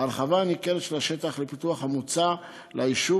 ההרחבה הניכרת של השטח והפיתוח המוצע ליישוב